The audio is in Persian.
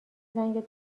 زنگ